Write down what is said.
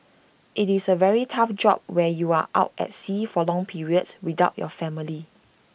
IT is A very tough job where you are out at sea for long periods without your family